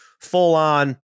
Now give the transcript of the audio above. full-on